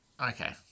okay